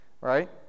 right